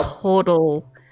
total